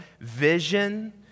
vision